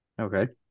okay